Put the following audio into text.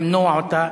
למנוע אותה.